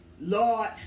Lord